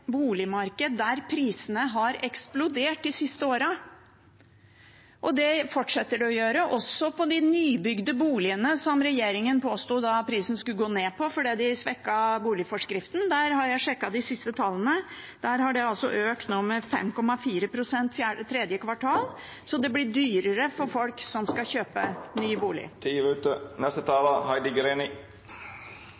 boligmarked der prisene har eksplodert de siste årene. Det fortsetter de å gjøre – også prisen på de nybygde boligene, som regjeringen påsto skulle gå ned fordi de svekket boligforskriften. Jeg har sjekket de siste tallene. Prisene har økt med 4,5 pst. i tredje kvartal. Så det blir dyrere for folk som skal kjøpe ny bolig.